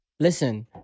Listen